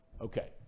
Okay